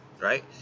right